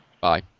Bye